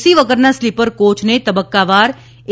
C વગરના sleeper કોચને તબક્કાવાર એ